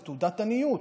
זו תעודת עניות.